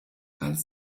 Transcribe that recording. als